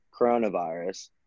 coronavirus